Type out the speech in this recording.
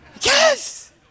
Yes